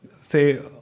say